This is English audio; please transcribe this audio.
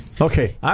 Okay